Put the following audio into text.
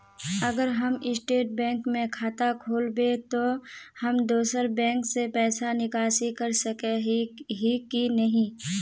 अगर हम state bank में खाता खोलबे तो हम दोसर बैंक से पैसा निकासी कर सके ही की नहीं?